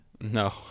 No